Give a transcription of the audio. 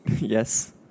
Yes